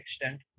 extent